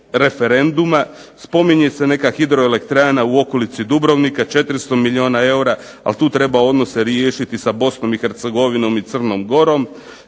referenduma. Spominje se neka hidroelektrana u okolici Dubrovnika 400 milijuna eura, ali tu treba odnose riješiti sa Bosnom i Hercegovinom i Crnom Gorom.